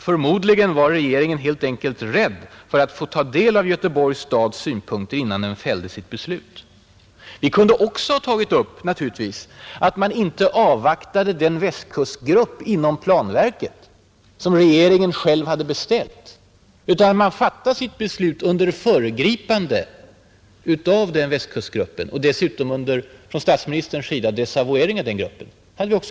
”Förmodligen var regeringen helt enkelt rädd för att få ta del av Göteborgs stads synpunkter innan den fällde sitt beslut.” Vi kunde naturligtvis också ha tagit upp att man inte avvaktade den västkustgrupp inom planverket som regeringen själv hade beställt utan fattade sitt beslut under föregripande av denna grupp och dessutom från statsministerns 19 sida under desavuering av den gruppen.